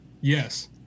Yes